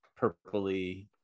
purpley